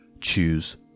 choose